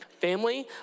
family